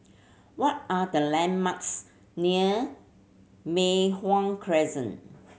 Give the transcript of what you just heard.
what are the landmarks near Mei Hwan Crescent